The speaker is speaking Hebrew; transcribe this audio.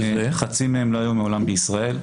חצי מהם לא היו מעולם בישראל,